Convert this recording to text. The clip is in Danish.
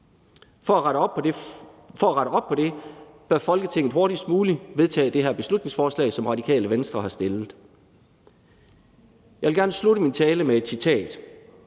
For at rette op på det bør Folketinget hurtigst muligt vedtage det her beslutningsforslag, som Radikale Venstre har fremsat. Jeg vil gerne slutte min tale med et citat.